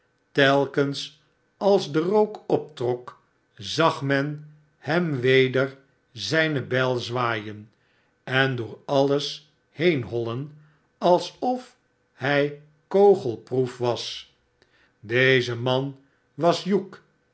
telkens als de rook optrok zag men hem weder zijne bijl zwaaien en door alles heen hollen alsof hij kogelproef was deze man was